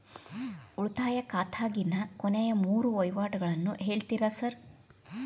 ಉಳಿತಾಯ ಖಾತ್ಯಾಗಿನ ಕೊನೆಯ ಮೂರು ವಹಿವಾಟುಗಳನ್ನ ಹೇಳ್ತೇರ ಸಾರ್?